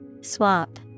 Swap